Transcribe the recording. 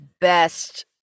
best